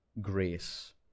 grace